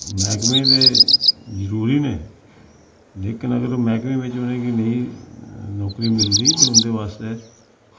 मैह्कमे ते जरूरी ने लेकिन अगर मैह्कमे बिच्च उनेंगी नेईं नौकरी मिलदी ते उंदे बास्तै